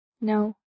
No